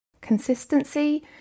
Consistency